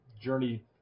journey